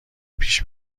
پیش